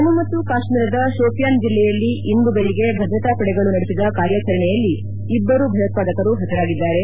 ಜಮ್ನು ಮತ್ತು ಕಾಶ್ಲೀರದ ಶೋಪಿಯಾನ್ ಜಿಲ್ಲೆಯಲ್ಲಿ ಇಂದು ಬೆಳಿಗ್ಗೆ ಭದ್ರತಾ ಪಡೆಗಳು ನಡೆಸಿದ ಕಾರ್ಯಾಚರಣೆಯಲ್ಲಿ ಇಬ್ಬರು ಭಯೋತ್ವಾದಕರು ಪತರಾಗಿದ್ದಾರೆ